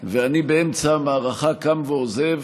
ואני באמצע המערכה קם ועוזב